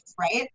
Right